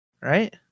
right